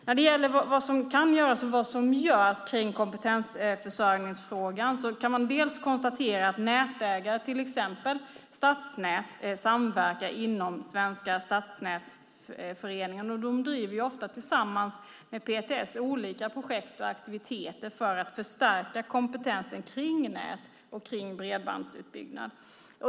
När det gäller vad som kan göras och vad som görs kring kompetensförsörjningsfrågan kan man konstatera att nätägare, till exempel Svenska Stadsnät, samverkar inom Svenska Stadsnätsföreningen. De driver ofta tillsammans med PTS olika projekt och aktiviteter för att förstärka kompetensen kring nät och bredbandsutbyggnad.